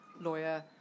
lawyer